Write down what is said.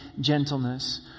gentleness